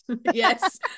Yes